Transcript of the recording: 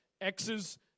X's